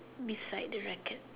beside the racket